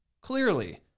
Clearly